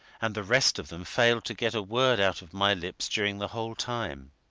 and the rest of them failed to get a word out of my lips during the whole time.